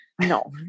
No